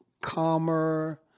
calmer